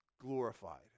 glorified